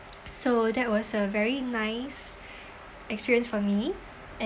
so that was a very nice experience for me and